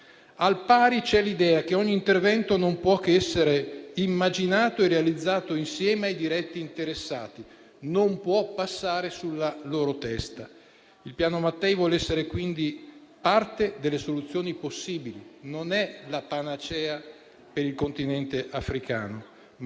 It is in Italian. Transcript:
Al pari, c'è l'idea che ogni intervento non può che essere immaginato e realizzato insieme ai diretti interessati. Non può passare sulla loro testa. Il Piano Mattei vuole essere, quindi, parte delle soluzioni possibili. Non è la panacea per il Continente africano,